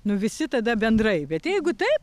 nu visi tada bendrai bet jeigu taip